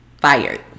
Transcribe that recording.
fired